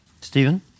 Stephen